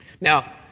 Now